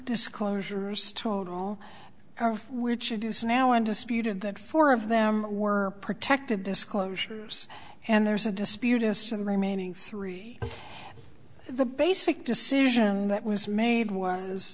disclosures total or which it is now undisputed that four of them were protected disclosures and there's a dispute as to the remaining three the basic decision that was made was